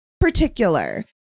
particular